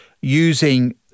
using